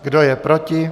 Kdo je proti?